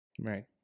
right